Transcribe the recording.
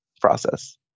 process